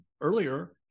earlier